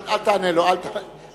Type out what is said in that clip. אל תענה לו, אל תענה לו.